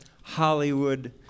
Hollywood